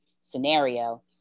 Scenario